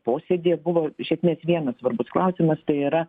posėdyje buvo iš esmės vienas svarbus klausimas tai yra